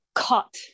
caught